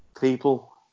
people